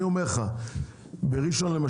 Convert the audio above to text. בראשון לציון,